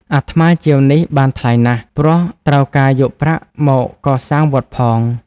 អាត្មាជាវនេះបានថ្លៃណាស់ ព្រោះត្រូវការយកប្រាក់កសាងវត្តផង។